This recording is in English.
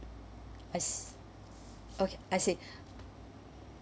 I s~ okay I see